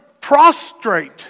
prostrate